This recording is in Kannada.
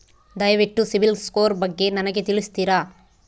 ದಯವಿಟ್ಟು ಸಿಬಿಲ್ ಸ್ಕೋರ್ ಬಗ್ಗೆ ನನಗೆ ತಿಳಿಸ್ತೀರಾ?